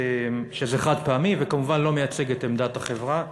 שזה חד-פעמי, וכמובן לא מייצג את עמדת החברה.